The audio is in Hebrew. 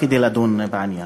כדי לדון בעניין.